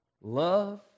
love